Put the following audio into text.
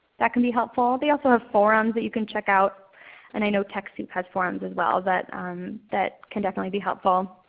that can be helpful. they also have forums that you can check out and i know techsoup has forums as well that that can definitely be helpful.